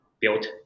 built